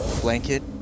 blanket